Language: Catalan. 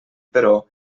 però